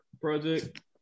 project